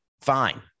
Fine